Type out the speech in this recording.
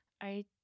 I-